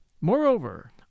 Moreover